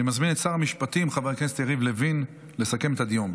אני מזמין את שר המשפטים חבר הכנסת יריב לוין לסכם את הדיון,